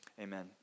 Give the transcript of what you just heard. amen